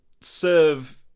serve